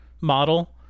model